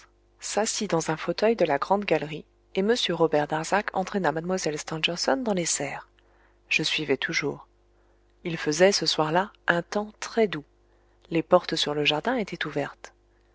s'assit dans un fauteuil de la grande galerie et m robert darzac entraîna mlle stangerson dans les serres je suivais toujours il faisait ce soir-là un temps très doux les portes sur le jardin étaient ouvertes